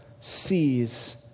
sees